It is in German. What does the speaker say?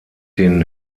den